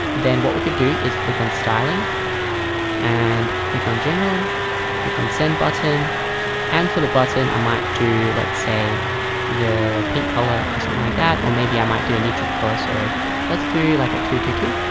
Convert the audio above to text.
then what we could do is click on styling and click on general click on send button and for the button i might do let's say the pink color or something like that, or maybe i might do a neutral color. so let's do like a two to two